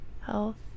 health